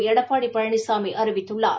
எடப்பாடி பழனிசாமி அறிவித்துள்ளார்